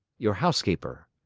your housekeeper?